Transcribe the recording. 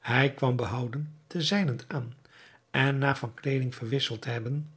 hij kwam behouden ten zijnent aan en na van kleeding verwisseld te hebben